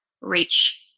reach